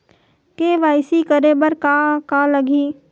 KYC करे बर का का लगही?